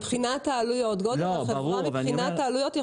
גודל החברה מבחינת העלויות.